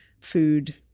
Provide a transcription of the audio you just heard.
food